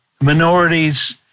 minorities